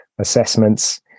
assessments